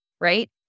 right